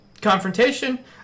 confrontation